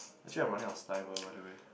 actually I'm running out of saliva by the way